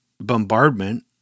bombardment